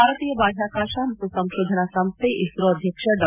ಭಾರತೀಯ ಬಾಹ್ಯಾಕಾಶ ಮತ್ತು ಸಂಶೋಧನಾ ಸಂಸ್ದೆ ಇಸ್ರೋ ಅಧ್ಯಕ್ಷ ಡಾ